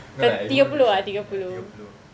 no lah it won't this one ya tiga puluh